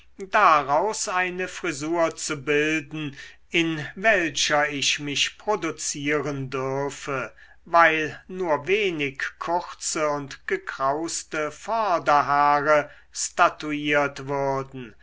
daraus eine frisur zu bilden in welcher ich mich produzieren dürfe weil nur wenig kurze und gekrauste vorderhaare statuiert würden